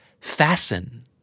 Fasten